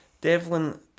Devlin